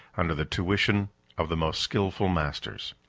under the tuition of the most skilful masters.